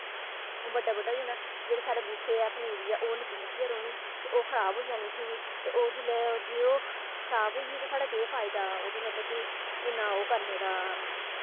ओह् बड्डा बड्डा होई जाना जेह्ड़े साढ़े बूह्टे ऐ पनीरी ऐ ओह् निक्की निक्की गै रौह्नी ते ओह् खराब होई जानी फ्हिरी ते ओह् जिल्लै ओह् खराब होई गेई ते साढ़ा केह् फायदा ओह्दी मतलब कि इन्ना ओह् करने दा